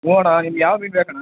ಹ್ಞೂ ಅಣ್ಣ ನಿಮ್ಗೆ ಯಾವ ಮೀನು ಬೇಕಣ್ಣ